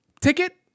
ticket